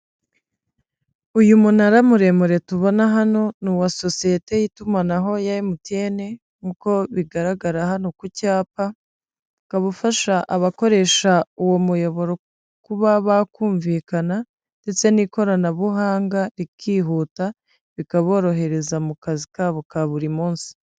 Uyu munara muremure tubona hano ni uwa sosiyete y'itumanaho ya emutiyeni nkuko bigaragara hano ku cyapa, ukaba ufasha abakoresha uwo muyoboro kuba bakumvikana ndetse n'ikoranabuhanga rikihuta bikaborohereza mu kazi kabo ka buri munsi.